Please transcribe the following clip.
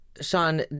Sean